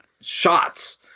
shots